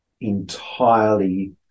entirely